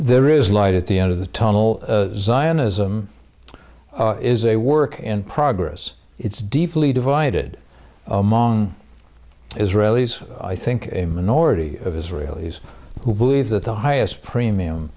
there is light at the end of the tunnel zionism is a work in progress it's deeply divided among israelis i think a minority of israelis who believe that the highest premium